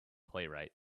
playwright